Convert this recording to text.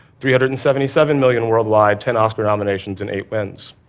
three hundred and seventy-seven million worldwide, ten oscar nominations and eight wins.